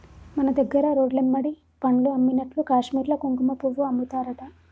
మన దగ్గర రోడ్లెమ్బడి పండ్లు అమ్మినట్లు కాశ్మీర్ల కుంకుమపువ్వు అమ్ముతారట